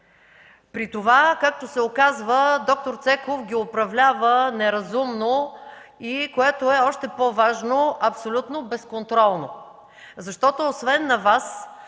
При това, както се оказва, д-р Цеков ги управлява неразумно и, което е още по-важно, абсолютно безконтролно. Освен на Вас,